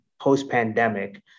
post-pandemic